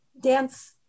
dance